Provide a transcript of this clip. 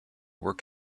work